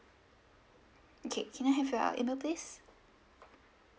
okay can I have your email please